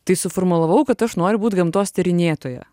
tai suformulavau kad aš noriu būt gamtos tyrinėtoja